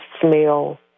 smell